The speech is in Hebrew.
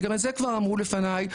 וגם את זה כבר אמרו לפניי,